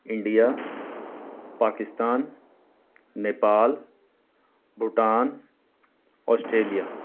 India Pakistan Nepal Bhutan Australia